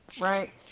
right